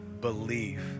believe